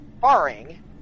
barring